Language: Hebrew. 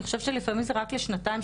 אני חושבת שזה רק לשנתיים,